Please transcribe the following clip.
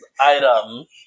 item